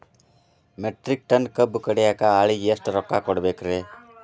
Metric ton ಕಬ್ಬು ಕಡಿಯಾಕ ಆಳಿಗೆ ಎಷ್ಟ ರೊಕ್ಕ ಕೊಡಬೇಕ್ರೇ?